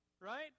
right